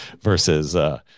versus